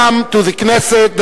welcome to the Knesset,